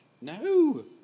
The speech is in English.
No